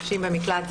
נשים במקלט,